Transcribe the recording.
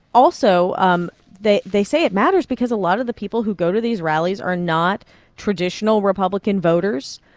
also, um they they say it matters because a lot of the people who go to these rallies are not traditional republican voters.